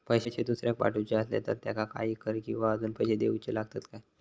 पैशे दुसऱ्याक पाठवूचे आसले तर त्याका काही कर किवा अजून पैशे देऊचे लागतत काय?